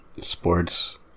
sports